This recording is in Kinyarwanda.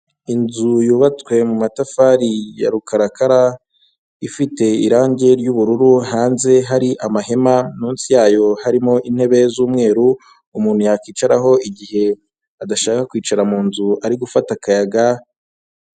Inzu yubatswe mu matafari ya rukarakara, ifite irangi ry'ubururu, hanze hari amahema, munsi yayo harimo intebe z'umweru umuntu yakwicaraho igihe adashaka kwicara munzu, ari gufata akayaga.